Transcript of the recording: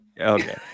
Okay